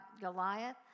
Goliath